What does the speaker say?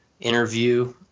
interview